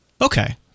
Okay